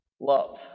Love